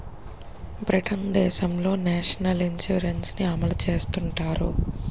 Britain దేశంలో national insurance ని అమలు చేస్తుంటారు